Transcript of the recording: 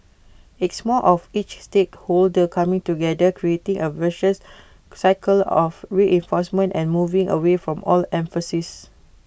it's more of each stakeholder coming together creating A virtuous cycle of reinforcement and moving away from old emphases